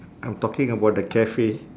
I'm talking about the cafe